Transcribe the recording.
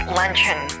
luncheon